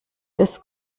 des